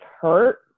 hurt